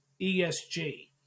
ESG